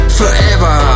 forever